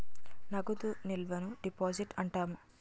నగదు నిల్వను డిపాజిట్ అంటాము